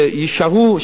שיישארו,